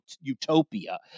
utopia